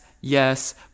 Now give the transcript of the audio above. yes